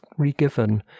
regiven